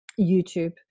YouTube